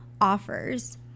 offers